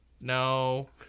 no